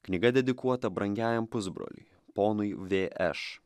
knyga dedikuota brangiajam pusbroliui ponui vė eš